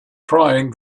trying